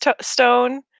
Stone